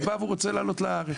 והוא בא ורוצה לארץ.